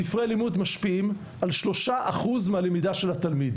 ספרי לימוד משפיעים על 3% מהלמידה של התלמיד